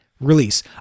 release